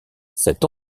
cette